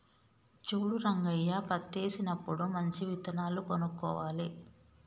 చూడు రంగయ్య పత్తేసినప్పుడు మంచి విత్తనాలు కొనుక్కోవాలి